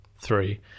three